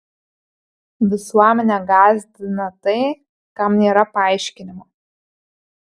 visuomenę gąsdina tai kam nėra paaiškinimo